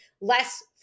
less